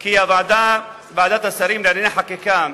כי הוועדה, ועדת השרים לענייני חקיקה,